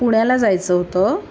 पुण्याला जायचं होतं